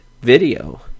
video